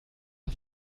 auf